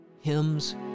hymns